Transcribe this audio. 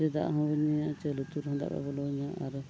ᱥᱮ ᱫᱟᱜ ᱦᱚᱸ ᱵᱟᱹᱧ ᱧᱩᱭᱟ ᱥᱮ ᱞᱩᱛᱩᱨ ᱨᱮᱦᱚᱸ ᱫᱟᱜ ᱵᱟᱭ ᱵᱚᱞᱚᱣᱧᱟ ᱟᱨ